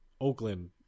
Oakland